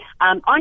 on